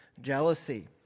jealousy